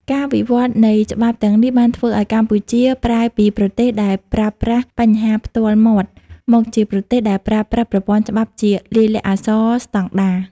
ការវិវត្តនៃច្បាប់ទាំងនេះបានធ្វើឱ្យកម្ពុជាប្រែពីប្រទេសដែលប្រើប្រាស់បញ្ជាផ្ទាល់មាត់ មកជាប្រទេសដែលប្រើប្រាស់ប្រព័ន្ធច្បាប់ជាលាយលក្ខណ៍អក្សរស្ដង់ដារ។